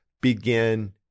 begin